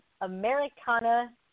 Americana